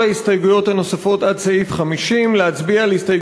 ההסתייגות לחלופין לאחר הסתייגות 46 בסעיף 1 לא התקבלה.